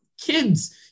kids